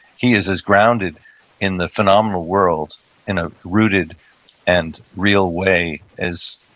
he is as grounded in the phenomenal world in a rooted and real way, as,